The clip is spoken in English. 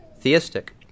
theistic